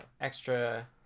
extra